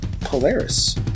Polaris